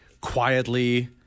quietly